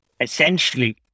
essentially